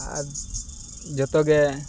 ᱟᱨ ᱡᱚᱛᱚ ᱜᱮ